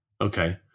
Okay